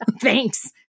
Thanks